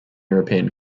european